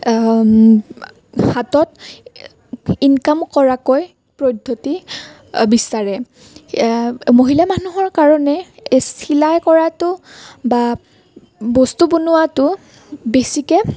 হাতত ইনকাম কৰাকৈ পদ্ধতি বিচাৰে মহিলা মানুহৰ কাৰণে এই চিলাই কৰাটো বা বস্তু বনোৱাটো বেছিকৈ